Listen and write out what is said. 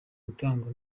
gutanga